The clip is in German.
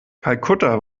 kalkutta